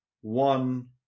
one